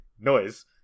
noise